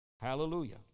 Hallelujah